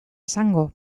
esango